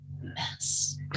mess